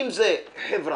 אם זו חברה,